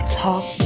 talk